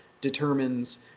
determines